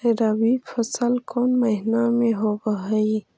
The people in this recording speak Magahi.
रबी फसल कोन महिना में होब हई?